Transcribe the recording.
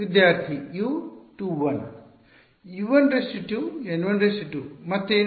ವಿದ್ಯಾರ್ಥಿ U 2 1 U 12N 12 ಮತ್ತೇನು